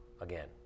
again